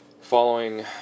Following